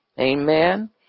Amen